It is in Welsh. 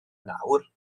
nawr